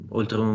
oltre